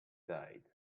died